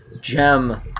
gem